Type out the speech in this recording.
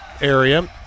area